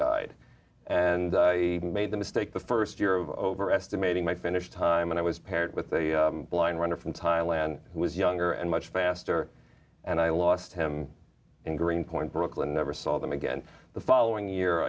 guide and i made the mistake the st year of overestimating my finish time and i was paired with the blind runner from thailand who was younger and much faster and i lost him in greenpoint brooklyn never saw them again the following year